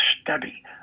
study